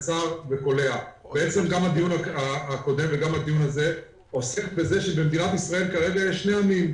גם הדיון הקודם וגם הדיון הזה עוסק בזה שיש בישראל שני עמים.